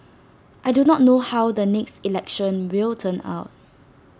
I do not know how the next election will turn out